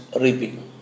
Reaping